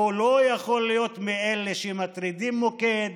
הוא לא יכול להיות מאלה שמטרידים מוקד,